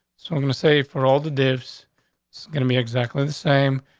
so i'm gonna say, for all the deaths gonna be exactly the same.